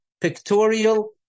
pictorial